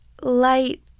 light